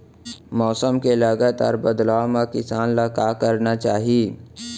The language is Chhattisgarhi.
मौसम के लगातार बदलाव मा किसान ला का करना चाही?